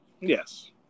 Yes